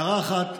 הערה אחת: